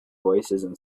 voicesand